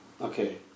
Okay